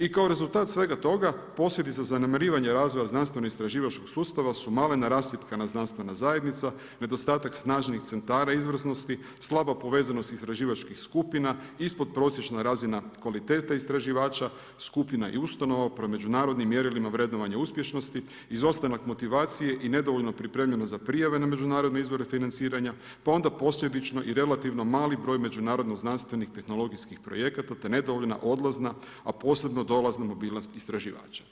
I kao rezultat svega toga posljedica zanemarivanja razvoja znanstveno istraživačkog sustava su malena rascjepkana znanstvena zajednica, nedostatak snažnih centara izvrsnosti, slaba povezanost istraživačkih skupina, ispodprosječna razina kvalitete istraživača, skupina i ustanova prema međunarodnim mjerilima vrednovanja uspješnosti, izostanak motivacije i nedovoljno pripremljeno za prijave na međunarodne izvore financiranja pa onda posljedično i relativno mali broj međunarodno znanstvenih tehnologijskih projekata te nedovoljna odlazna a posebno dolazna mobilnost istraživača.